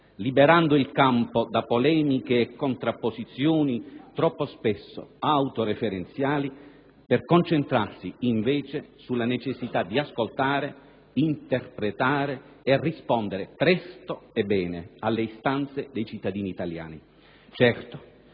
liberando il campo da polemiche e contrapposizioni troppo spesso autoreferenziali, per concentrarsi invece sulla necessità di ascoltare, interpretare e rispondere presto e bene alle istanze dei cittadini italiani.